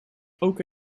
ook